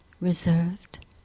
reserved